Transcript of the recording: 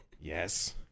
Yes